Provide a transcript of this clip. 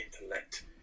intellect